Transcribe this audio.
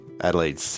Adelaide